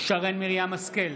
שרן מרים השכל,